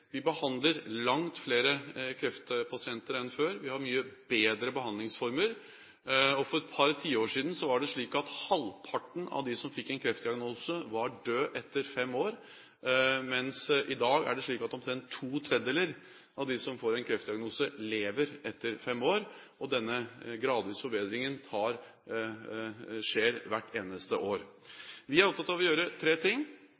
Vi behandler langt flere kreftpasienter enn før, vi har mye bedre behandlingsformer. For et par tiår siden var det slik at halvparten av dem som fikk en kreftdiagnose, var døde etter fem år, mens i dag er det slik at omtrent to tredjedeler av dem som får en kreftdiagnose, lever etter fem år. Denne gradvise forbedringen skjer hvert eneste år. Vi er opptatt av å gjøre tre ting: